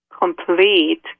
complete